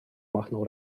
machnął